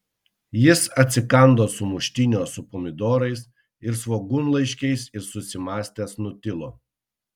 jis atsikando sumuštinio su pomidorais ir svogūnlaiškiais ir susimąstęs nutilo